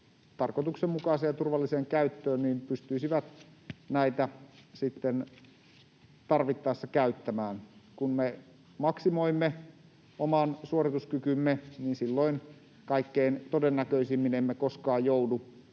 tarkoituksenmukaiseen ja turvalliseen käyttöön, pystyisivät näitä sitten tarvittaessa käyttämään. Kun me maksimoimme oman suorituskykymme, niin silloin kaikkein todennäköisimmin emme koskaan joudu